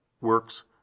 works